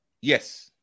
Yes